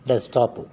desk top